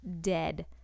dead